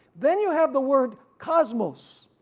then you have the word cosmos,